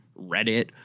Reddit